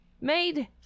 made